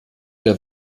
der